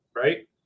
right